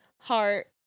heart